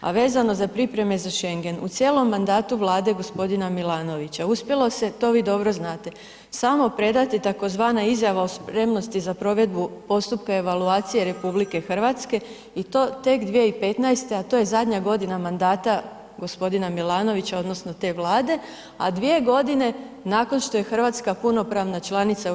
A vezano za pripreme za Schengen u cijelom mandatu vlade gospodina Milanovića uspjelo se, to vi dobro znate, samo predati tzv. izjava o spremnosti za provedbu postupka evaluacije RH i to tek 2015., a to je zadnja godina mandata gospodina Milanovića odnosno te vlade, a dvije godine nakon što je Hrvatska punopravna članica u EU.